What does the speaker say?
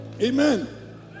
Amen